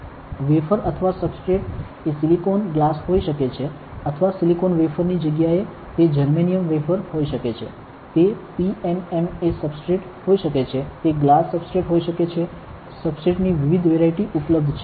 wafer અથવા substrate એ silicon glass હોઈ શકે છે અથવા સિલિકોન વેફર ની જગ્યાએ તે જર્મેનિયમ વેફર હોઈ શકે છે તે PMMA સબસ્ટ્રેટ હોઈ શકે છે તે ગ્લાસ સબસ્ટ્રેટ હોઈ શકે છે સબસ્ટ્રેટ ની વિવિધ વેરાઇટી ઉપલબ્ધ છે